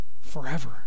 forever